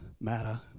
matter